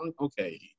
okay